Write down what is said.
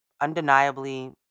undeniably